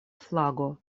flago